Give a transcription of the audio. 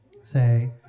say